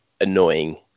annoying